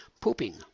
Pooping